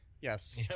Yes